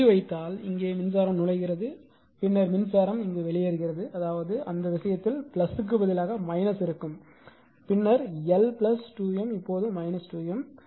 இங்கே புள்ளி வைத்தால் இங்கே மின்சாரம் நுழைகிறது பின்னர் மின்சாரம் வெளியேறுகிறது அதாவது அந்த விஷயத்தில் க்கு பதிலாக இருக்கும் பின்னர் எல் 2M இப்போது 2M